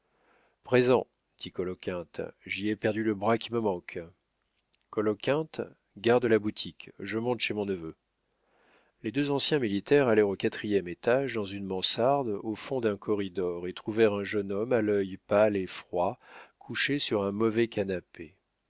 présent dit coloquinte j'y ai perdu le bras qui me manque coloquinte garde la boutique je monte chez mon neveu les deux anciens militaires allèrent au quatrième étage dans une mansarde au fond d'un corridor et trouvèrent un jeune homme à l'œil pâle et froid couché sur un mauvais canapé